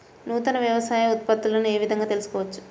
నూతన వ్యవసాయ ఉత్పత్తులను ఏ విధంగా తెలుసుకోవచ్చు?